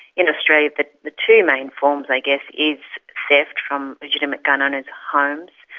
in australia the the two main forms i guess is theft from legitimate gun owners' homes,